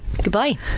Goodbye